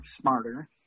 smarter